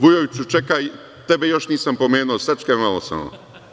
Vujoviću čekaj, tebe još nisam pomenuo, sačekaj malo samo.